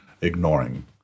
ignoring